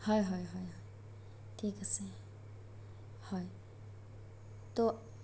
হয় হয় হয় হয় ঠিক আছে হয় ত'